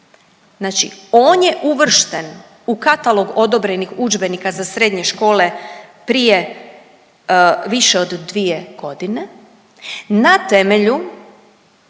Znači on je uvršten u katalog odobrenih udžbenika za srednje škole prije više od dvije godine na temelju